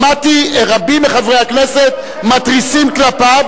שמעתי רבים מחברי הכנסת מתריסים כלפיו,